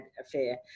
affair